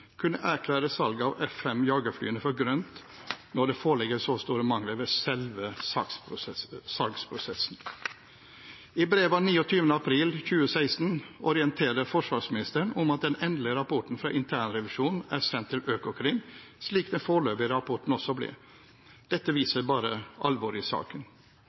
kunne erklære salget av F-5 jagerflyene for «grønt» når det foreligger så store mangler ved selve salgsprosessen. I brev av 29. april 2016 orienterer forsvarsministeren om at den endelige rapporten fra internrevisjonen er sendt til Økokrim, slik den foreløpige rapporten også ble. Dette viser bare alvoret i saken.